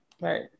right